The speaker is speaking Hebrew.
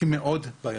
זה מאוד בעייתי.